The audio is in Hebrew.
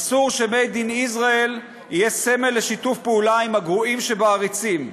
אסור ש-Made in Israel יהיה סמל לשיתוף פעולה עם הגרועים שבעריצים.